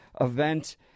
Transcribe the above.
event